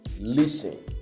Listen